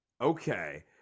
Okay